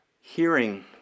hearing